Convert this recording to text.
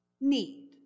need